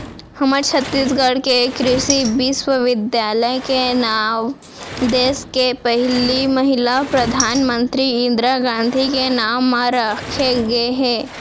हमर छत्तीसगढ़ के कृषि बिस्वबिद्यालय के नांव देस के पहिली महिला परधानमंतरी इंदिरा गांधी के नांव म राखे गे हे